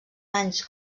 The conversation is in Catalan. anys